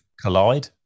collide